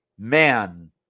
Man